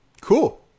Cool